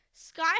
Sky